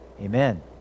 Amen